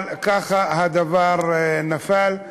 אבל ככה הדבר נפל,